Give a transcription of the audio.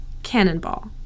Cannonball